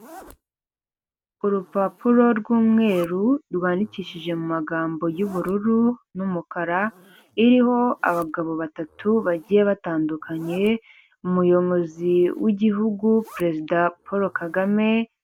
Urupapuro rw’ umweru rwandikishije mu mumagambo y’ ubururu, n’ umukara, iriho abagabo batatu bagiye batandukanye umuyobozi w'igihugu perezida Paul Kagame.